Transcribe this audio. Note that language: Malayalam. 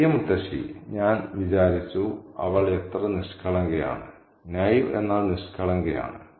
പ്രിയ മുത്തശ്ശിയേ ഞാൻ വിചാരിച്ചു അവൾ എത്ര നിഷ്കളങ്കയാണ് നൈവ് എന്നാൽ നിഷ്കളങ്കയാണ്